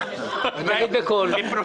אליו.